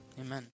Amen